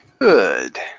Good